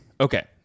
Okay